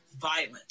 violent